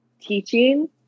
teaching